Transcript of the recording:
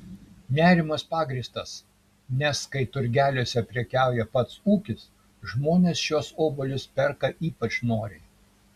nerimas pagrįstas nes kai turgeliuose prekiauja pats ūkis žmonės šiuos obuolius perka ypač noriai